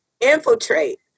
infiltrate